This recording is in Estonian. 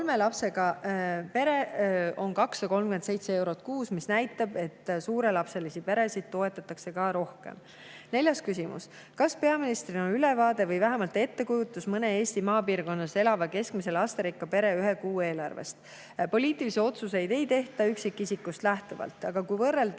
toetus on 237 eurot kuus, mis näitab, et [palju]lapselisi peresid toetatakse rohkem. Neljas küsimus: "Kas peaministril on ülevaade või vähemalt ettekujutus mõne Eesti maapiirkondades elava keskmise lasterikka pere ühe kuu eelarvest?" Poliitilisi otsuseid ei tehta üksikisikust lähtuvalt, aga kui võrrelda